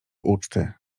uczty